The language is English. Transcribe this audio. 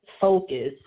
focus